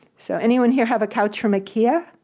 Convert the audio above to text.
so anyone here have a couch from ikea?